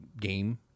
game